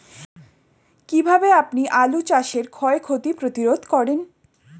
কীভাবে আপনি আলু চাষের ক্ষয় ক্ষতি প্রতিরোধ করেন?